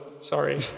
Sorry